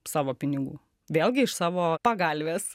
savo pinigų vėlgi iš savo pagalvės